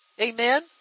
Amen